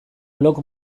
blog